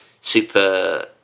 super